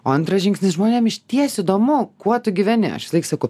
o antras žingsnis žmonėms išties įdomu kuo tu gyveni aš visąlaik sakau